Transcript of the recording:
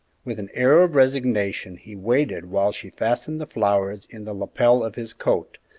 with an air of resignation he waited while she fastened the flowers in the lapel of his coat,